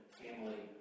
family